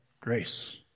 Grace